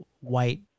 white